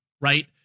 right